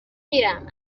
میرم